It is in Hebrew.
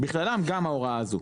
בכללם גם ההוראה הזאת.